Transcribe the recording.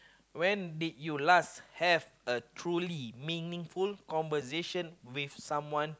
when did you last have a truly meaningful conversation with someone